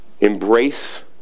embrace